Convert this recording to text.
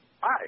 Hi